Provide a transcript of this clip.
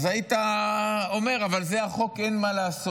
ואז היית אומר: אבל זה החוק, אין מה לעשות.